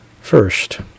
first